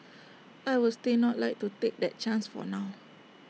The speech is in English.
I would still not like to take that chance for now